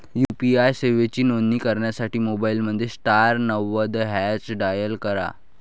UPI सेवांची नोंदणी करण्यासाठी मोबाईलमध्ये स्टार नव्वद हॅच डायल करा